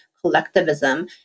collectivism